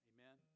Amen